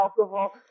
alcohol